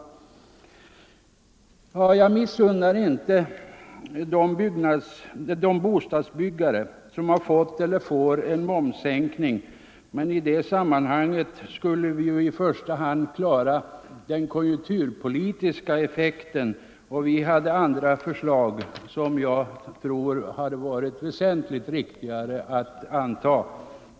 Jag missunnar inte de bostadsbyggare som har fått eller får en momssänkning, men i detta sammanhang skulle vi i första hand ge ett kon junkturpolitiskt stöd åt byggnadssektorn. Vi hade härför andra förslag som jag tror hade varit väsentligt riktigare att anta.